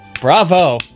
Bravo